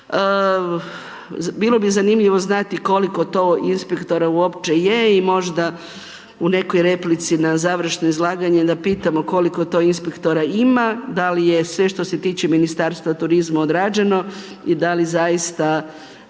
bilo bi zanimljivo znati koliko to inspektora uopće je i možda u nekoj replici na završno izlaganje da pitamo koliko to inspektora ima, da li je sve što se tiče Ministarstva turizma odrađeno i da li zaista